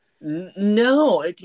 No